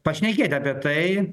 pašnekėt apie tai